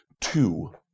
two